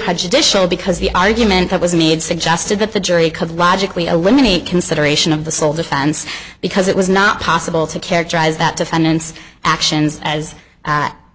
prejudicial because the argument that was made suggested that the jury could logically eliminate consideration of the civil defense because it was not possible to characterize that defendant's actions as